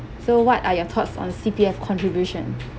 so what are your thoughts on C_P_F contribution